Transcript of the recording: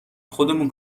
خودمون